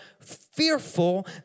fearful